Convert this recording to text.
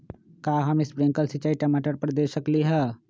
का हम स्प्रिंकल सिंचाई टमाटर पर दे सकली ह?